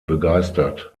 begeistert